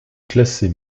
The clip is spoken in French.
classée